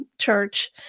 church